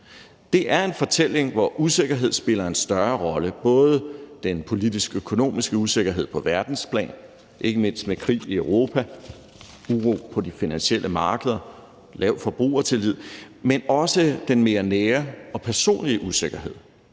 Det er en fortælling, hvor usikkerhed spiller en større rolle, både den politisk-økonomiske usikkerhed på verdensplan, ikke mindst med krig i Europa, uro på de finansielle markeder og lav forbrugertillid, men også den mere nære og personlige usikkerhed